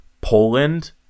Poland